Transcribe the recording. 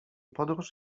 podróż